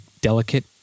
delicate